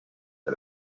tre